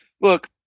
look